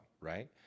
right